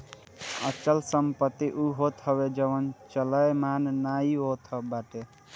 अचल संपत्ति उ होत हवे जवन चलयमान नाइ होत बाटे